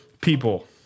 people